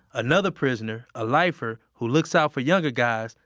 another prisoner, a lifer who looks out for younger guys,